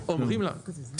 אומרים לה: תקני.